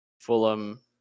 fulham